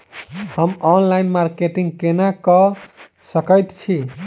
हम online marketing केना कऽ सकैत छी?